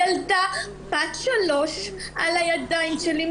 ילדה בת שלוש על הידיים שלי,